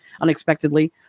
unexpectedly